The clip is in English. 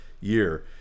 year